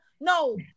no